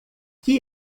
que